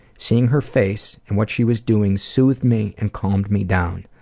seeing her face and what she was doing soothed me and calmed me down.